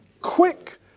Quick